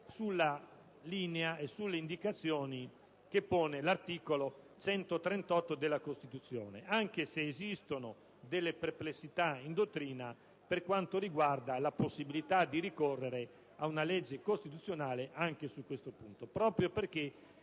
sulla linea e sulle indicazioni che pone l'articolo 138 della Costituzione, anche se esistono alcune perplessità in dottrina per quanto riguarda la possibilità di ricorrere a una legge costituzionale anche su detto punto, proprio perché